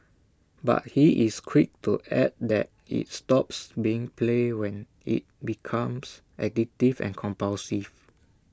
but he is quick to add that IT stops being play when IT becomes addictive and compulsive